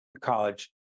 College